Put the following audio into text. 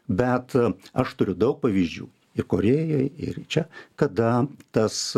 bet aš turiu daug pavyzdžių ir korėjoj ir čia kada tas